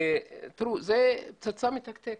תראו זה פצצה מתקתקת.